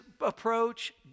approach